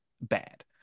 bad